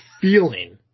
feeling